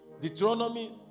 Deuteronomy